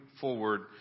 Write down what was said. forward